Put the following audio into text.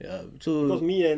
ya so